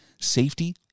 safety